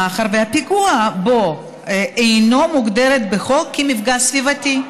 מאחר שהפגיעה בו אינה מוגדרת בחוק כמפגע סביבתי.